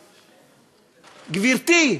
גברתי,